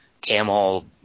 camel